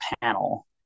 panel